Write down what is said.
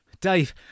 Dave